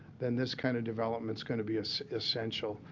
then this kind of development is going to be so essential.